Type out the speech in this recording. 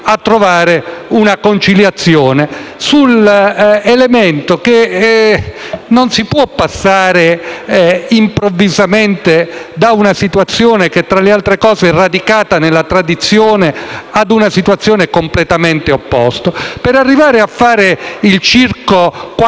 a trovare una conciliazione su un elemento. Non si può passare improvvisamente da una situazione che, tra le altre cose, è radicata nella tradizione a una situazione completamente opposta. Per arrivare a fare il circo 4.0,